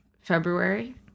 February